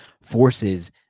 forces